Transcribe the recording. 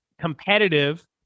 competitive